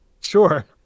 Sure